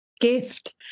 gift